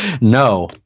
No